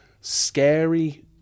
scary